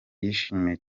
yishimiye